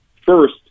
first